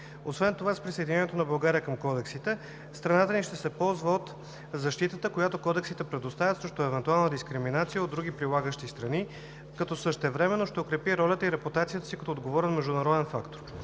Освен това с присъединяването на България към Кодексите страната ни ще се ползва от защитата, която Кодексите предоставят срещу евентуална дискриминация от други прилагащи страни, като същевременно ще укрепи ролята и репутацията си като отговорен международен фактор.